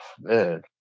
man